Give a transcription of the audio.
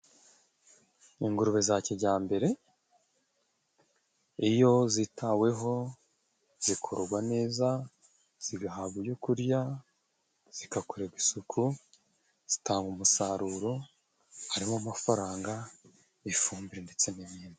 Ingurube za kijyambere iyo zitaweho zikorwa neza, zigahabwa ibyo kurya, zigakorerwa isuku zitanga umusaruro harimo amafaranga, ifumbire ndetse n'ibindi.